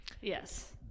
Yes